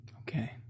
Okay